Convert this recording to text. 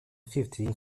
fifty